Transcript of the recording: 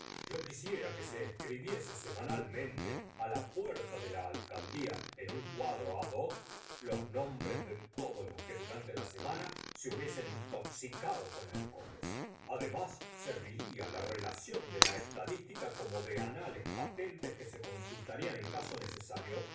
yo quisiera que se escribiese semanalment la puerta de la alcaldía en un cuadro á doc los nombres de todos los que durante la semana se hubiesen intoxicado con alcoholes además serviría la relación de la estadística como de anales patentes que se consultarían en caso necesario